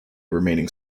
remaining